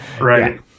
Right